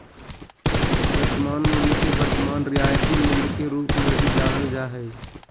वर्तमान मूल्य के वर्तमान रियायती मूल्य के रूप मे भी जानल जा हय